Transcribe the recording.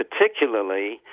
particularly